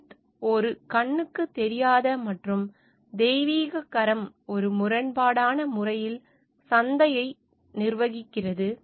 Smith ஒரு கண்ணுக்குத் தெரியாத மற்றும் தெய்வீகக் கரம் ஒரு முரண்பாடான முறையில் சந்தையை நிர்வகிக்கிறது